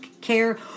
care